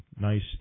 nice